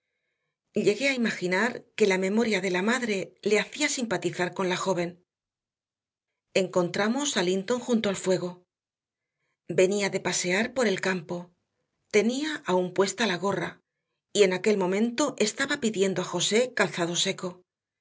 voz llegué a imaginar que la memoria de la madre le hacía simpatizar con la joven encontramos a linton junto al fuego venía de pasear por el campo tenía aún puesta la gorra y en aquel momento estaba pidiendo a josé calzado seco